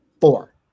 four